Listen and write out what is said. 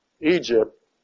Egypt